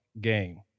game